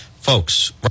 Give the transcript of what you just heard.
folks